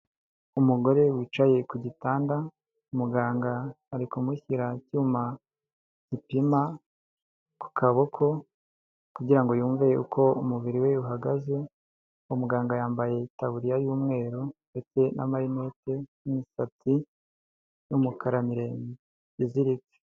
Umugore wicaye ku gitanda, muganga ari kumushyira icyuma gipima ku kaboko kugira yumve uko umubiri we uhagaze, umuganga yambaye itaburiya y'umweru ndetse n'amarinete n'imisatsi y'umukara miremire iziritse.